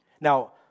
Now